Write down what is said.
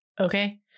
okay